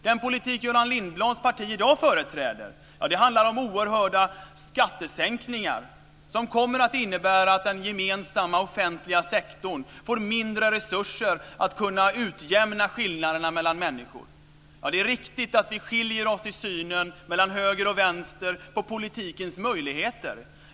Den politik som Göran Lindblads parti i dag företräder handlar om oerhörda skattesänkningar som kommer att innebära att den gemensamma offentliga sektorn får mindre resurser för att utjämna skillnaderna mellan människor. Ja, det är riktigt att vi mellan höger och vänster skiljer oss i synen på politikens möjligheter.